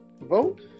vote